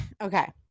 okay